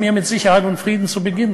עמיתי, שרבים מהם, כמו יצחק הרצוג שנמצא